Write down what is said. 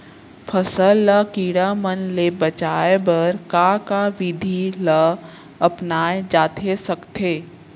फसल ल कीड़ा मन ले बचाये बर का का विधि ल अपनाये जाथे सकथे?